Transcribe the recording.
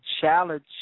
challenge